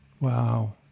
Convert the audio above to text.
Wow